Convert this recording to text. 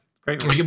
great